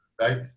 Right